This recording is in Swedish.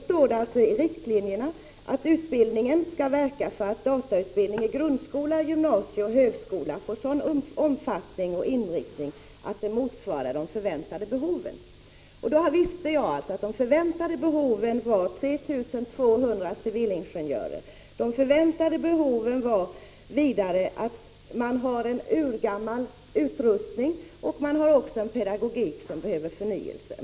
Det står i riktlinjerna att man skall verka för att datautbildning i grundskola, gymnasieskola och högskola får sådan omfattning och inriktning att den motsvarar de förväntade behoven. Jag visste att det finns ett förväntat behov av 3 500 civilingenjörer samt vidare att man har en urgammal utrustning och även en pedagogik som behöver förnyelse.